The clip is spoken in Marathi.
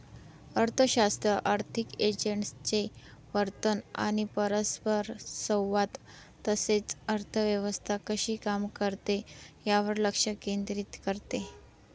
अर्थशास्त्र आर्थिक एजंट्सचे वर्तन आणि परस्परसंवाद तसेच अर्थव्यवस्था कशी काम करते यावर लक्ष केंद्रित करते